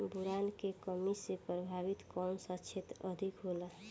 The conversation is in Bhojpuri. बोरान के कमी से प्रभावित कौन सा क्षेत्र अधिक होला?